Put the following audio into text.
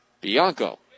Bianco